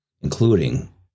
including